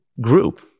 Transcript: group